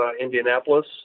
Indianapolis